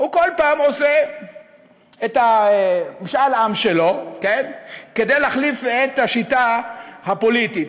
הוא כל פעם עושה את משאל העם שלו כדי להחליף את השיטה הפוליטית.